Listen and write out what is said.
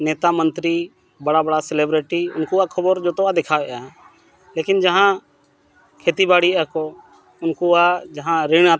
ᱱᱮᱛᱟ ᱢᱟᱱᱛᱨᱤ ᱵᱟᱲᱟ ᱵᱟᱲᱟ ᱥᱮᱞᱮᱵᱨᱤᱴᱤ ᱩᱱᱠᱩᱣᱟᱜ ᱠᱷᱚᱵᱚᱨ ᱡᱚᱛᱚᱣᱟᱜ ᱫᱮᱠᱷᱟᱣᱮᱜᱼᱟ ᱞᱮᱠᱤᱱ ᱡᱟᱦᱟᱸ ᱠᱷᱮᱛᱤ ᱵᱟᱹᱲᱤᱡ ᱟᱠᱚ ᱩᱱᱠᱩᱣᱟᱜ ᱡᱟᱦᱟᱸ ᱨᱤᱱ